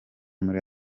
muri